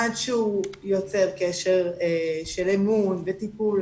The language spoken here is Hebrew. עד שהוא יוצר קשר של אמון וטיפול,